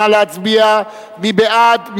נא להצביע, מי בעד?